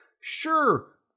Sure